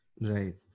Right